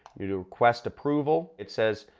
you do request approval. it says.